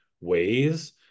ways